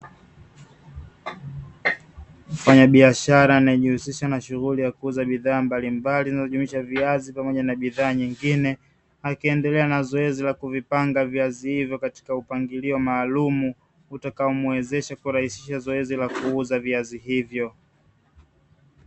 Mfanyabiashara anayejihusisha na shughuli ya kuuza bidhaa mbalimbali, zinazojumuisha viazi pamoja na bidhaa nyingine, akiendelea kuvipanga viazi hivyo kwa upangilio maalumu, utakaomuwezesha kurahisisha zoezi la kuuza viazi hivyo.